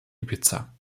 ibiza